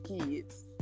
kids